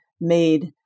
made